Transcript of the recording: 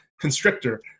Constrictor